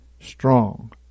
strong